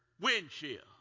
windshield